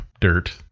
dirt